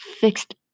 fixed